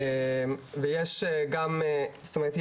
זאת אומרת,